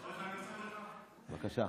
בבקשה.